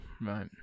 Right